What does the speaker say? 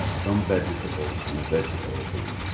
some vegetable and a vegetable drink.